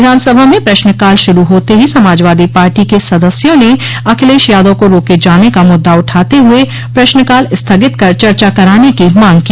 विधानसभा में प्रश्नकाल शुरू होते ही समाजवादी पार्टी के सदस्यों ने अखिलेश यादव को रोके जाने का मुद्दा उठाते हुए प्रश्नकाल स्थगित कर चर्चा कराने की मांग की